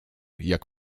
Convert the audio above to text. jak